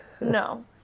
No